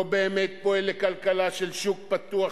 לא באמת פועל לכלכלה של שוק פתוח,